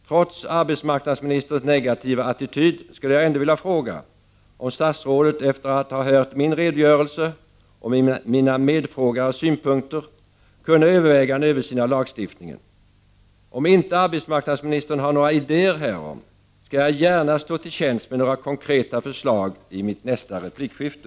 Trots arbetsmarknadsministerns negativa attityd skulle jag ändå vilja fråga om statsrådet efter att ha hört min redogörelse och mina medfrågares synpunkter kunde överväga en översyn av lagstiftningen. Om inte arbetsmarknadsministern har några ideér härom, skall jag gärna stå till tjänst med några konkreta förslag i mitt nästa replikskifte.